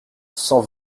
cent